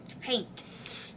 paint